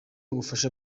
ubufasha